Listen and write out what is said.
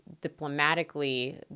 diplomatically